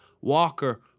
Walker